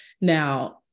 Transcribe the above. now